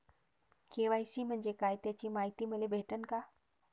KYC म्हंजे काय त्याची मायती मले भेटन का?